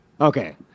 Okay